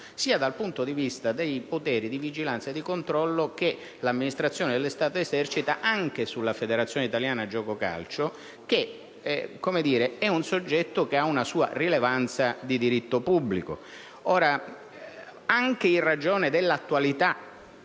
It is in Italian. sia dal punto di vista dei poteri di vigilanza e di controllo che la pubblica amministrazione e lo Stato esercitano anche sulla Federazione Italiana Giuoco Calcio, che è un soggetto che ha una sua rilevanza di diritto pubblico. Anche in ragione dell'attualità